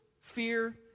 fear